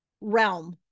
realm